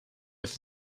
for